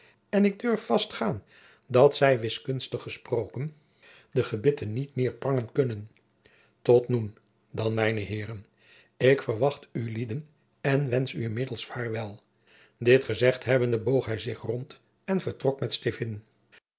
en ik durf vast gaan dat zij wiskunstig gesproken de gebitten niet meer prangen kunnen tot noen dan mijne heeren ik verwacht ulieden en wensch u inmiddels vaarwel dit gezegd hebbende boog hij zich rond en vertrok met